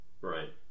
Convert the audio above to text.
Right